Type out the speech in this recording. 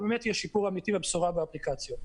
יהיה שיפור אמיתי בבשורה באפליקציה.